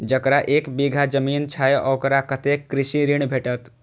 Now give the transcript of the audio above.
जकरा एक बिघा जमीन छै औकरा कतेक कृषि ऋण भेटत?